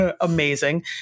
Amazing